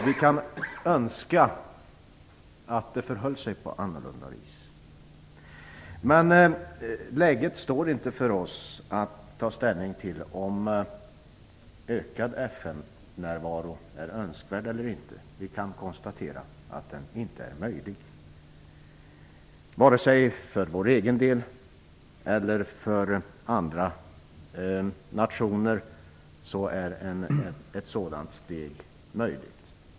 Vi kan önska att det förhöll sig annorlunda. Det är inte läge för oss att ta ställning till om ökad FN-närvaro är önskvärd eller inte. Vi kan konstatera att den inte är möjlig. Varken för vår egen del eller för andra nationer är ett sådant steg möjligt.